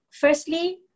firstly